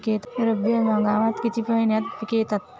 रब्बी हंगामात किती महिन्यांत पिके येतात?